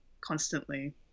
constantly